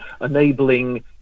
enabling